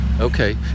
Okay